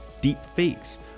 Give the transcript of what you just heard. deepfakes